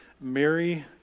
Mary